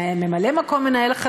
ממלא-מקום מנהל תוכניות,